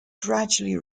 gradually